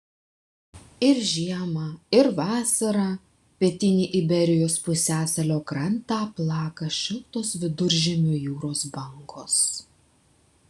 ir žiemą ir vasarą pietinį iberijos pusiasalio krantą plaka šiltos viduržemio jūros bangos